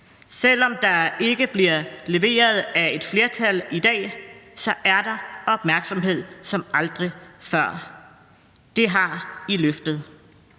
Selv om der ikke bliver leveret af et flertal i dag, er der opmærksomhed som aldrig før. Det har I løftet!